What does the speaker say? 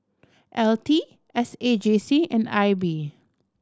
L T S A J C and I B